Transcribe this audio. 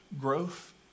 Growth